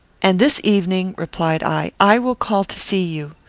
and this evening, replied i, i will call to see you.